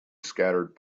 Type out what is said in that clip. scattered